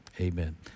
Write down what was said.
amen